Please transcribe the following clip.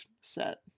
set